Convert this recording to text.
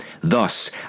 Thus